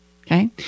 Okay